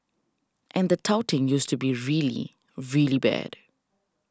and the touting used to be really really bad